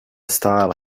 style